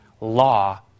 law